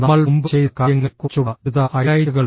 നമ്മൾ മുമ്പ് ചെയ്ത കാര്യങ്ങളെക്കുറിച്ചുള്ള ദ്രുത ഹൈലൈറ്റുകൾ